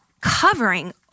covering